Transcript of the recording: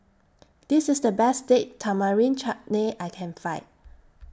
This IS The Best Date Tamarind Chutney I Can Find